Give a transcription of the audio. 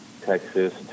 Texas